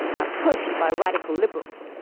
ah pushed by radical liberals.